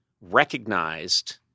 recognized